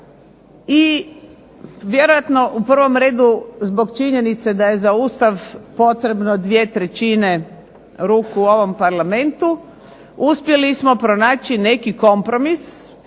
i vjerojatno u prvom redu zbog činjenice da je za Ustav potrebno dvije trećine ruku u ovom Parlamentu uspjeli smo pronaći neki kompromis